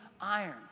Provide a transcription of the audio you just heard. iron